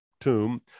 tomb